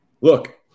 look –